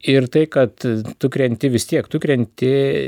ir tai kad tu krenti vis tiek tu krenti